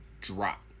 drop